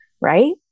right